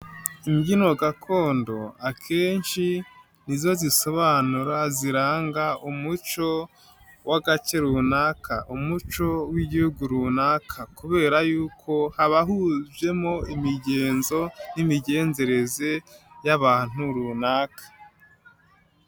Imbyino gakondo akenshi nizo zisobanura ziranga umuco w'agace runaka, umuco w'igihugu runaka kubera yukouko habahujemo imigenzo n'imigenzereze y'abantu runaka.